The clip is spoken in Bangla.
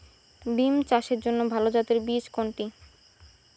বিম চাষের জন্য ভালো জাতের বীজ কোনটি?